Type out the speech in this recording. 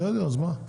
בסדר, אז מה?